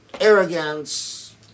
arrogance